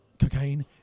cocaine